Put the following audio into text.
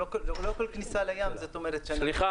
לא כל כניסה לים זאת אומרת שדגנו.